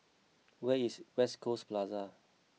where is West Coast Plaza